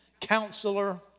Counselor